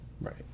Right